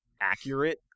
accurate